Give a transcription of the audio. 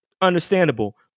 Understandable